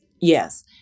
Yes